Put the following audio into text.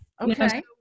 Okay